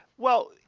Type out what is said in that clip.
well,